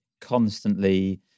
constantly